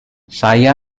saya